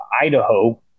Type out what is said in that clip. Idaho